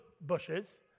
bushes